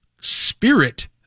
spirit